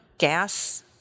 Gas